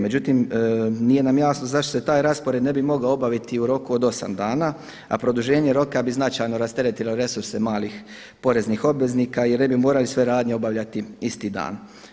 Međutim, nije nam jasno zašto se taj raspored ne bi mogao obaviti u roku od osam dana, a produženje roka bi značajno rasteretilo resurse malih poreznih obveznika i ne bi morali sve radnje obavljati isti dan.